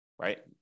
right